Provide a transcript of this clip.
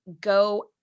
Go